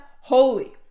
holy